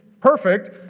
perfect